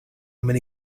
many